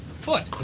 foot